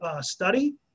study